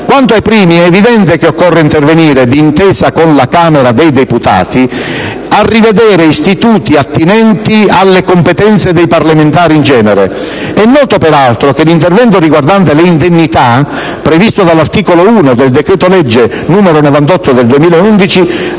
Quanto ai primi, è evidente che occorre intervenire, d'intesa con la Camera dei deputati, a rivedere istituti attinenti alle competenze dei parlamentari in genere. È noto peraltro che l'intervento riguardante le indennità, previsto dall'articolo 1 del decreto-legge n. 98 del 2011,